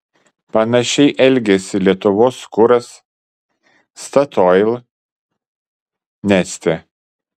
panašiai elgėsi lietuvos kuras statoil neste